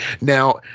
Now